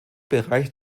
bereich